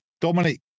Dominic